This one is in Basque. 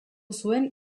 zuen